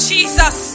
Jesus